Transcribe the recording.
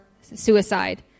suicide